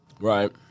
right